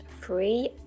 free